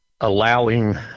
allowing